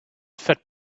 fed